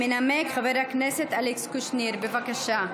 ינמק חבר הכנסת אלכס קושניר, בבקשה.